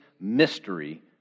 mystery